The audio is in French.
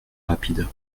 rapide